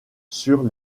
sur